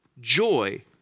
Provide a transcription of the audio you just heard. joy